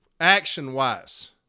action-wise